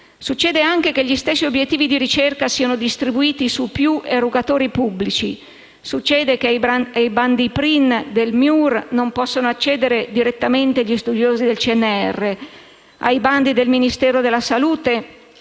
Succede anche che gli stessi obiettivi di ricerca siano distribuiti su più erogatori pubblici. Succede che ai bandi Prin del MIUR non possono accedere direttamente gli studiosi del CNR e che ai bandi del Ministero della salute